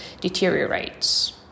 deteriorates